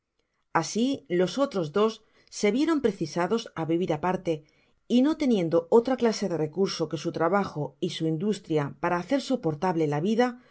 asi los otros dos se vieron precisados á vivir aparte j no teniendo otra clase de recurso que su trabajo y su industria para hacer soportable la vida